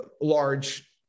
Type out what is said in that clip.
large